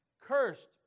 Cursed